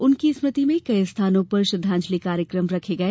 उनकी स्मृति में कई स्थानों पर श्रद्धांजलि कार्यक्रम रखे गए